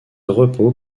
repos